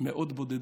מאות בודדות,